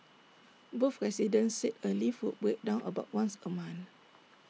both residents said A lift would break down about once A month